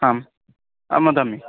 हाम् आम् वदामि